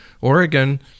Oregon